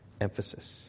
emphasis